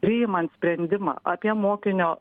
priimant sprendimą apie mokinio